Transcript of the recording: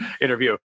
interview